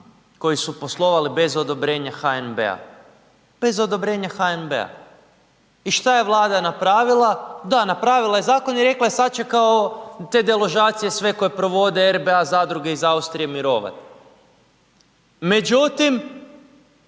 koji su poslovali bez odobrenja HNB-a, bez odobrenja HNB-a. I šta je Vlada napravila? Da, napravila je zakon i rekla je sad će kao te deložacije sve koje provode RBA zadruge iz Austrije mirovat. Međutim,